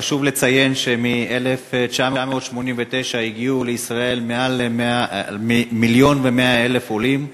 חשוב לציין שמ-1989 הגיעו לישראל יותר מ-1.1 מיליון עולים,